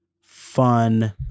fun